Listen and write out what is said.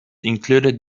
included